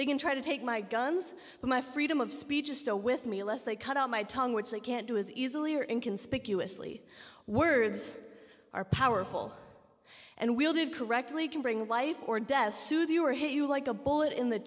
they can try to take my guns but my freedom of speech is still with me unless they cut out my tongue which they can't do as easily or in conspicuously words are powerful and wielded correctly can bring life or death soothe you or hit you like a bullet in the